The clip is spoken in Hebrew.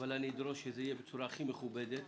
אך אדרוש שזה יהיה בצורה הכי מכובדת.